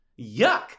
Yuck